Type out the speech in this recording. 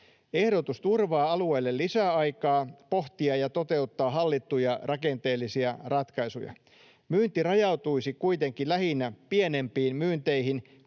Ehdotus turvaa alueille lisäaikaa pohtia ja toteuttaa hallittuja rakenteellisia ratkaisuja. Myynti rajautuisi kuitenkin lähinnä pienempiin myynteihin,